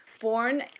born